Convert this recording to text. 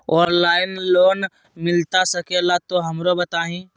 Online loan मिलता सके ला तो हमरो बताई?